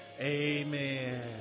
amen